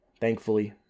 thankfully